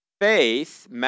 Faith